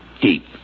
deep